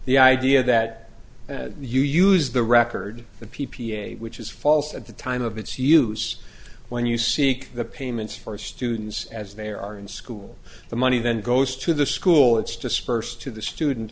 the idea that you use the record the p p a which is false at the time of its use when you seek the payments for students as they are in school the money then goes to the school it's dispersed to the student